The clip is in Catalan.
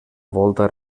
volta